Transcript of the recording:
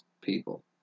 people